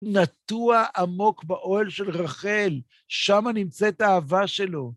נטוע עמוק באוהל של רחל, שם נמצאת האהבה שלו.